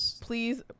please